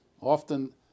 Often